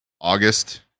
August